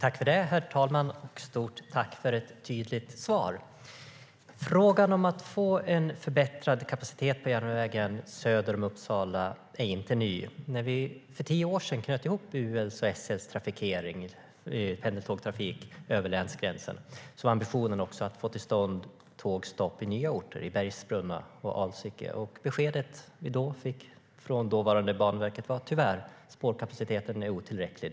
Herr talman! Stort tack för ett tydligt svar! Frågan om att få en förbättrad kapacitet på järnvägen söder om Uppsala är inte ny. När vi för tio år sedan knöt ihop pendeltågstrafiken mellan UL och SL över länsgränsen var ambitionen att få till stånd tågstopp i nya orter, i Bergsbrunna och Alsike. Beskedet vi då fick från dåvarande Banverket var att spårkapaciteten tyvärr var otillräcklig.